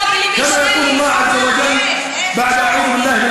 בשפה הערבית, להלן